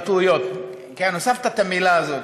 ההתבטאויות, כן, הוספת את המילה הזאת.